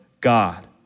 God